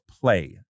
play